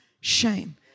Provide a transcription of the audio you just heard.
shame